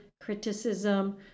criticism